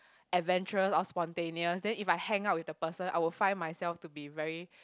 adventurous or spontaneous then if I hang out with the person I would find myself to be very